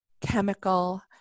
chemical